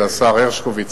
זה השר הרשקוביץ,